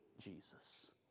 Jesus